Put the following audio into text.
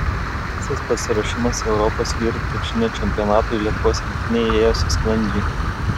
visas pasiruošimas europos vyrų krepšinio čempionatui lietuvos rinktinei ėjosi sklandžiai